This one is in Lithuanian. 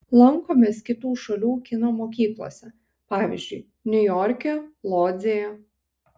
lankomės kitų šalių kino mokyklose pavyzdžiui niujorke lodzėje